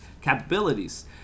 capabilities